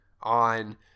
on